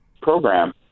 program